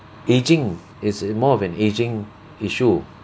ageing it's it's more of an ageing issue